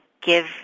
give